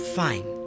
fine